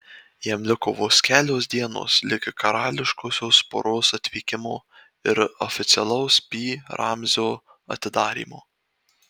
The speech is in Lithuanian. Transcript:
jam liko vos kelios dienos ligi karališkosios poros atvykimo ir oficialaus pi ramzio atidarymo